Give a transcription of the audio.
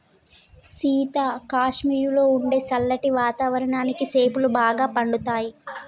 సీత కాశ్మీరులో ఉండే సల్లటి వాతావరణానికి సేపులు బాగా పండుతాయి